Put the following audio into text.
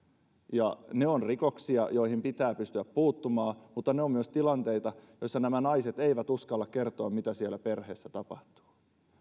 ne ovat rikoksia joihin pitää pystyä puuttumaan mutta ne ovat myös tilanteita joissa nämä naiset eivät uskalla kertoa mitä siellä perheessä tapahtuu